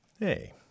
Hey